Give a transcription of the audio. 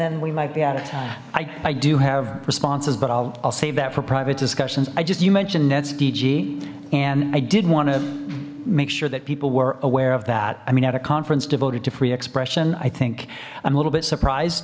then we might be out of time i i do have responses but i'll save that for private discussions i just you mentioned nets dg and i did want to make sure that people were aware of that i mean at a conference devoted to free expression i think i'm a little bit surprised